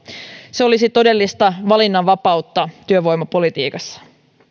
se olisi todellista valinnanvapautta työvoimapolitiikassa